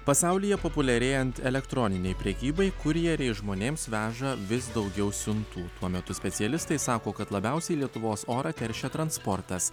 pasaulyje populiarėjant elektroninei prekybai kurjeriai žmonėms veža vis daugiau siuntų tuo metu specialistai sako kad labiausiai lietuvos orą teršia transportas